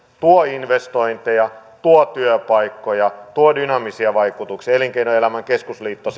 tuo investointeja tuo työpaikkoja tuo dynaamisia vaikutuksia elinkeinoelämän keskusliitto